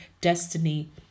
destiny